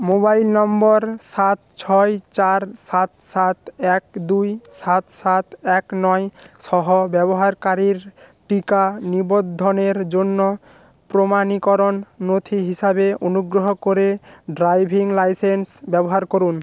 mobile number সাত ছয় চার সাত সাত এক দুই সাত সাত এক নয় সহ ব্যবহারকারীর টিকা নিবদ্ধনের জন্য প্রমাণীকরণ নথি হিসাবে অনুগ্রহ করে ড্রাইভিং লাইসেন্স ব্যবহার করুন